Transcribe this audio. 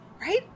Right